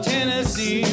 Tennessee